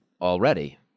already